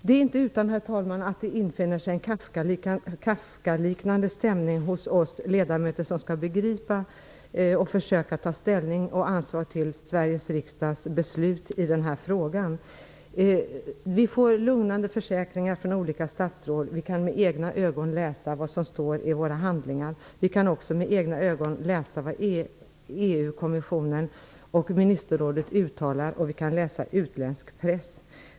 Det är inte utan att det infinner sig en Kafkaliknande stämning hos oss ledamöter som skall begripa detta, försöka ta ställning och ansvar för Sveriges riksdags beslut i den här frågan. Vi får lugnande försäkringar från olika statsråd. Vi kan med egna ögon läsa vad som står i våra handlingar. Vi kan också med egna ögon läsa vad EU-kommissionen och ministerrådet uttalar, och vi kan läsa utländsk press.